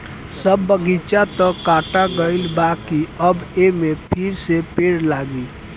सब बगीचा तअ काटा गईल बाकि अब एमे फिरसे पेड़ लागी